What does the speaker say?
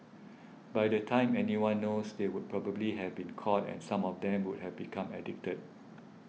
by the time anyone knows they would probably have been caught and some of them would have become addicted